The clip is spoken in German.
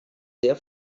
sehr